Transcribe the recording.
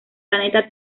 planeta